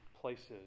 places